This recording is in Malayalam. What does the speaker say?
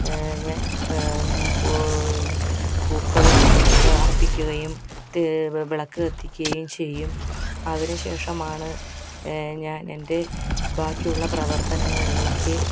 ഞാൻ പൂക്കളും അർപ്പിക്കുകയും വിളക്ക് കത്തിക്കുകയും ചെയ്യും അതിന് ശേഷമാണ് ഞാൻ എൻ്റെ ബാക്കിയുള്ള പ്രവർത്തനങ്ങളിലേക്ക്